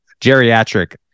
Geriatric